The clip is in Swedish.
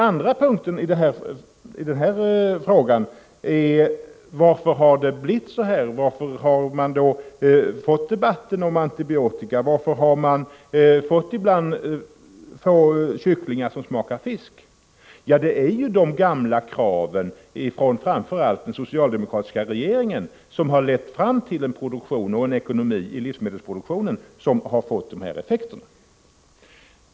Frågan är då: Varför har det blivit så här? Varför har vi fått debatten om antibiotika, varför har man ibland fått kycklingar som smakar fisk? Det är de gamla kraven från framför allt den socialdemokratiska regeringen som lett till en produktion och en ekonomi i livsmedelsproduktionen som fått de här effekterna.